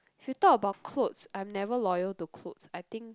if you talk about clothes I'm never loyal to clothes I think